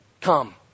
come